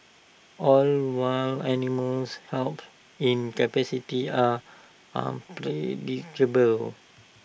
all wild animals help in captivity are unpredictable